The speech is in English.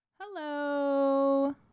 hello